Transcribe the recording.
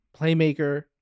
playmaker